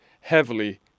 heavily